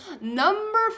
number